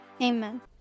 Amen